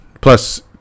plus